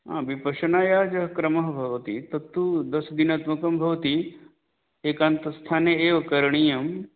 हा विपश्यनायाः यः क्रमः भवति तत्तु दशदिनात्मकं भवति एकान्तस्थाने एव करणीयम्